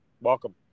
welcome